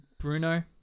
Bruno